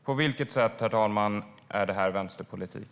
På vilket sätt är det här vänsterpolitik?